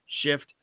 Shift